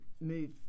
move